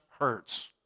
hurts